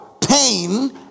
pain